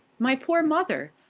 my poor mother!